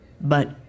But